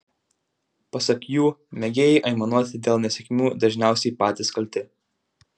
pasak jų mėgėjai aimanuoti dėl nesėkmių dažniausiai patys kalti